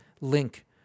link